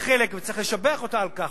וצריך לשבח אותה על כך.